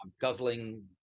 guzzling